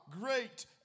great